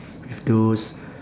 with those